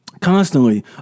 constantly